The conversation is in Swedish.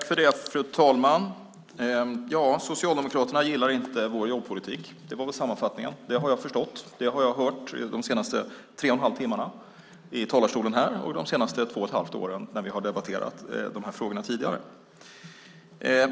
Fru talman! Socialdemokraterna gillar inte vår jobbpolitik. Det var väl sammanfattningen. Det har jag förstått; det har jag hört de senaste tre och en halv timmarna i talarstolen här och de senaste två och ett halvt åren när vi tidigare har debatterat de här frågorna.